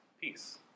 peace